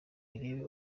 irebe